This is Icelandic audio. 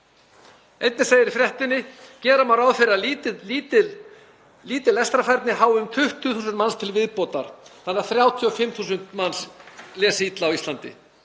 Einnig segir í fréttinni: „Gera má ráð fyrir að lítil lestrarfærni hái um 20.000 manns til viðbótar þannig að 35.000 manns lesi illa á Íslandi.“